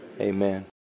amen